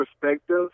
perspective